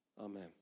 Amen